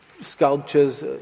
sculptures